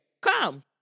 Come